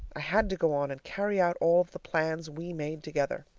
i had to go on and carry out all of the plans we made together.